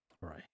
right